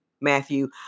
Matthew